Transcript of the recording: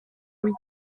louis